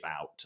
out